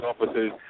offices